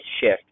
shift